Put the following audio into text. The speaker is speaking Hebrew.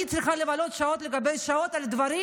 אני צריכה לבלות שעות על גבי שעות על דברים